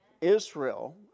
Israel